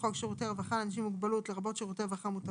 לפנות אליהם.